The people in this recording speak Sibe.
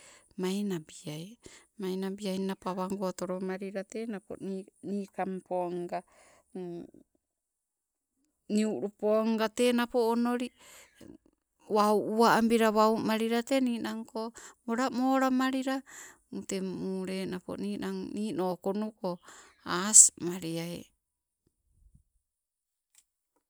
Manabiai, manabiainna pawago tolomalila te napo ni nikampo nga, niulupo nga te napo onoli, wau uwambila wau malilate ninangko mola molalamalila, tengmule napo ninang, ninokonuko asmaliai.